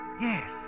Yes